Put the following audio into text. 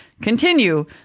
continue